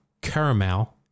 caramel